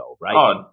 right